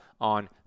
on